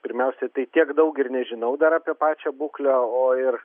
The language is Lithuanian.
pirmiausiai tai tiek daug ir nežinau dar apie pačią būklę o ir